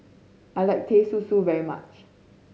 I like Teh Susu very much